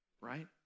Right